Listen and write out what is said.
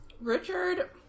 Richard